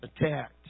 attacked